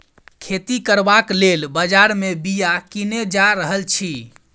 खेती करबाक लेल बजार मे बीया कीने जा रहल छी